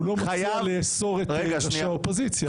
לא מציע לאסור את ראשי האופוזיציה.